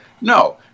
No